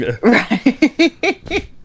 Right